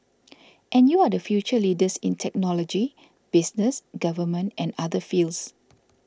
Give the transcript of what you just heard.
and you are the future leaders in technology business government and other fields